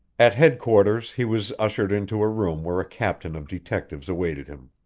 at headquarters he was ushered into a room where a captain of detectives awaited him.